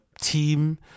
team